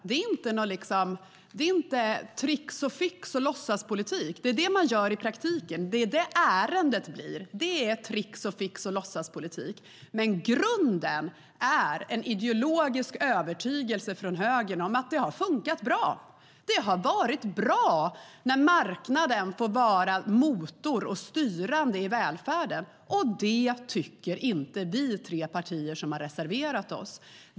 Det är inte tricks och fix och låtsaspolitik. Det är det man gör i praktiken. Ärendet blir detta - tricks och fix och låtsaspolitik. Men grunden är en ideologisk övertygelse från högern om att det har funkat bra. Det har varit bra när marknaden får vara motor och styrande i välfärden. Det tycker inte vi i de tre partier som har reserverat sig.